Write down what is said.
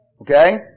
Okay